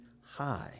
high